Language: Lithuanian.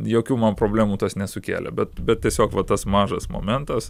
jokių man problemų tas nesukėlė bet bet tiesiog va tas mažas momentas